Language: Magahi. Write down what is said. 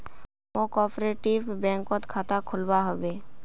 मौक कॉपरेटिव बैंकत खाता खोलवा हबे